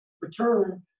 return